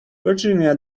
virginia